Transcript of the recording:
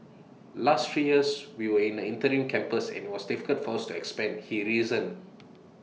last three years we were in an interim campus and IT was difficult for us to expand he reasoned